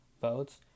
votes